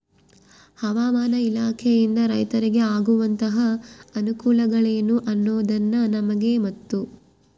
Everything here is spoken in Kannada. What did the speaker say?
ಹವಾಮಾನ ಇಲಾಖೆಯಿಂದ ರೈತರಿಗೆ ಆಗುವಂತಹ ಅನುಕೂಲಗಳೇನು ಅನ್ನೋದನ್ನ ನಮಗೆ ಮತ್ತು?